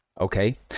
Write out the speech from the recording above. Okay